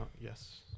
Yes